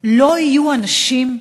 לא יהיו אנשים,